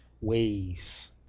ways